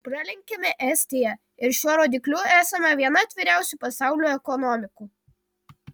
pralenkėme estiją ir šiuo rodikliu esame viena atviriausių pasaulių ekonomikų